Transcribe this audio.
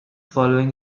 following